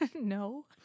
No